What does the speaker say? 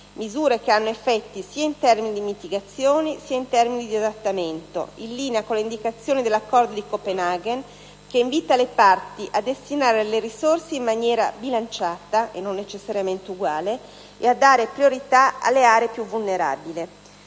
misure che hanno effetti sia in termini di mitigazione sia in termini di adattamento, in linea con le indicazioni dell'Accordo di Copenaghen che invita le parti a destinare le risorse in maniera bilanciata (e non necessariamente uguale) e a dare priorità alle aree più vulnerabili.